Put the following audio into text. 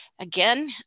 Again